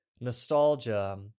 nostalgia